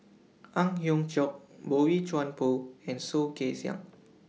Ang Hiong Chiok Boey Chuan Poh and Soh Kay Siang